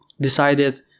decided